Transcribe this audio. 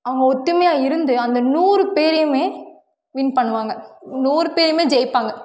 அவங்க ஒற்றுமையா இருந்து அந்த நூறு பேரையுமே வின் பண்ணுவாங்க நூறு பேரையுமே ஜெயிப்பாங்க